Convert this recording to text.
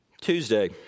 Tuesday